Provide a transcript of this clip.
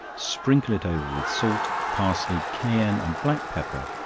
sprinkle it over with salt, parsley, cayenne and black pepper,